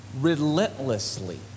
relentlessly